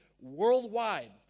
worldwide